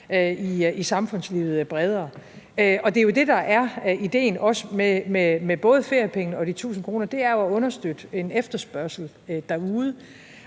i samfundslivet. Det er jo det, der også er ideen med både feriepengene og de 1.000 kr., nemlig at understøtte en efterspørgsel derude,